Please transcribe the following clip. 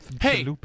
hey